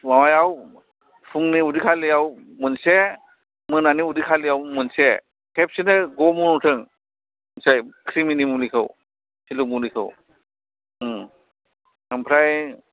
माबायाव फुंनि उदै खालियाव मोनसे मोनानि उदै खालियाव मोनसे खेबसेनो ग' मन'थों मिथिबाय क्रिमिनि मुलिखौ फिलु मुलिखौ ओमफ्राय